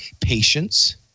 patience